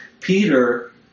Peter